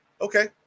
Okay